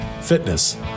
fitness